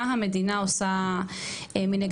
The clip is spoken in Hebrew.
מה המדינה עושה מנגד?